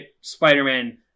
spider-man